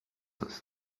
ist